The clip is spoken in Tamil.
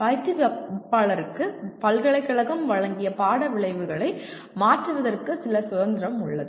பயிற்றுவிப்பாளருக்கு பல்கலைக்கழகம் வழங்கிய பாட விளைவுகளை மாற்றுவதற்கு சில சுதந்திரம் உள்ளது